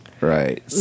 Right